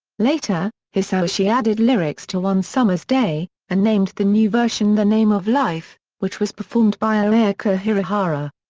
later, hisaishi added lyrics to one summer's day and named the new version the name of life which was performed by ayaka hirahara.